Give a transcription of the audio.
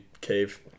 cave